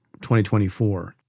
2024